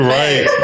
right